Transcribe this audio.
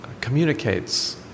communicates